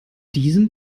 diesem